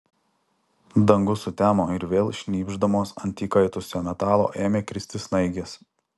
dangus sutemo ir vėl šnypšdamos ant įkaitusio metalo ėmė kristi snaigės